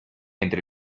entre